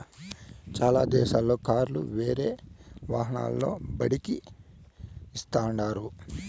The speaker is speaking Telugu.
చాలా దేశాల్లో కార్లు వేరే వాహనాల్లో బాడిక్కి ఇత్తారు